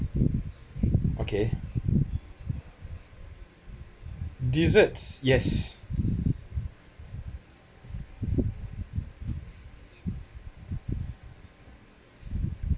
okay desserts yes